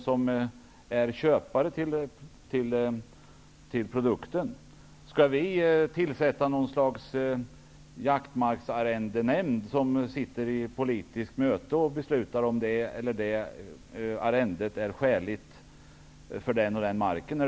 Skall vi tillsätta något slags jaktmarksarrendenämnd som sitter i politiskt möte och beslutar om att det eller det arrendet är skäligt för den och den marken?